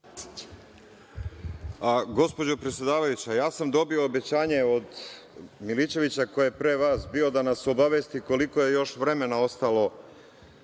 Gospođo predsedavajuća, dobio sam obećanje od Milićevića, koji je pre vas bio, da nas obavesti - koliko je još vremena ostalo